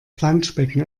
planschbecken